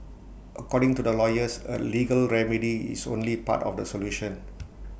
according to the lawyers A legal remedy is only part of the solution